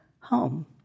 home